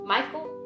Michael